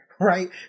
right